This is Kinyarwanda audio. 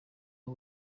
aho